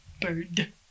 Bird